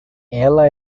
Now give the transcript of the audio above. ela